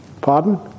Pardon